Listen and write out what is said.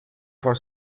for